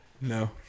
No